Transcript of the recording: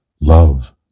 Love